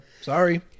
sorry